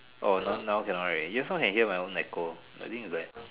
oh now now cannot already you also can hear my own echo I think it's like